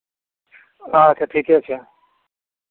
अच्छा ठीके छै